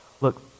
Look